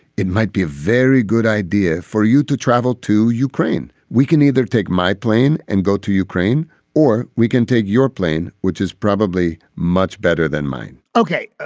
it might be a very good idea for you to travel to ukraine. we can either take my plane and go to ukraine or we can take your plane, which is probably much better than mine ok,